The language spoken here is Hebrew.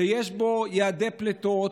שיש בו יעדי פליטות,